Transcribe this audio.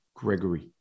Gregory